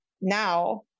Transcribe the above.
now